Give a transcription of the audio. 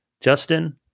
Justin